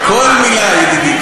כל מילה, ידידי.